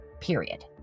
period